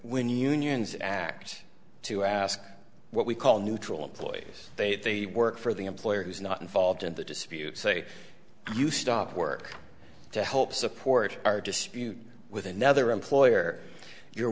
when unions act to ask what we call neutral employees they work for the employer who's not involved in the dispute say you stop work to help support our dispute with another employer you